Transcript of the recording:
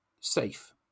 safe